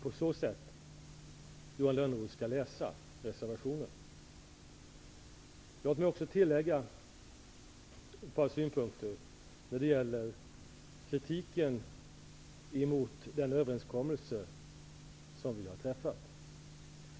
På det sättet skall Låt mig även tillägga några synpunkter när det gäller kritiken mot den överenskommelse som vi har träffat.